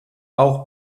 auch